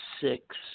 six